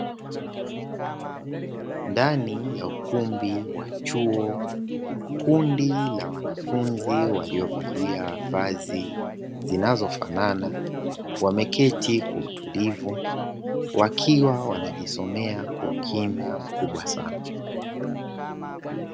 Ndani ya ukumbi wa chuo; kundi la wanafunzi waliovalia vazi zinazo fanana wameketi kwa utulivu, wakiwa wanajisomea kwa ukimya mkubwa sana.